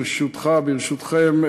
ברשותכם,